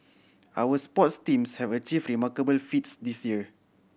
our sports teams have achieve remarkable feats this year